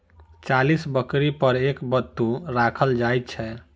चालीस बकरी पर एक बत्तू राखल जाइत छै